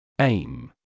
Aim